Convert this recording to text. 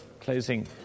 closing